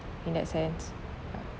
in that sense ya